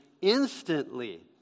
instantly